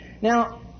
Now